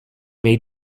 made